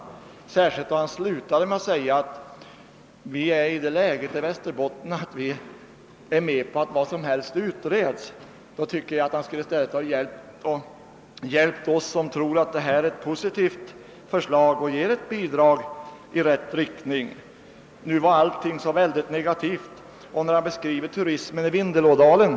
Jag ställer frågan särskilt som han slutade med att säga att man i Västerbotten är i det läget att man är med på att vad som helst utreds. Då tycker jag att han skulle ha hjälpt oss som tror att detta är ett positivt förslag och ger ett bidrag i rätt riktning. Nu var allting så negativt enligt herr Nygren, och det ligger väl något i den beskrivning som lämnats om turismen i Vindelådalen.